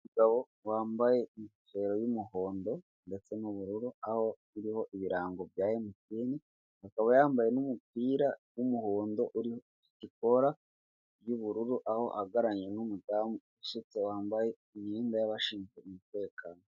Abantu batatu bahagaze umwe yambaye impuzankano ya polisi y'u Rwanda undi yambaye umupira w'umweru yambaye amadarubindi y'umukara ndetse afite n'agakapu ku rutugu k'umutuku.